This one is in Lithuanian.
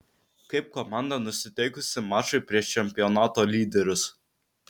kaip komanda nusiteikusi mačui prieš čempionato lyderius